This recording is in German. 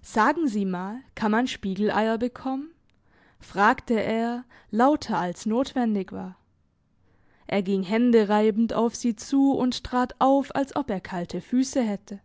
sagen sie mal kann man spiegeleier bekommen fragte er lauter als notwendig war er ging händereibend auf sie zu und trat auf als ob er kalte füsse hätte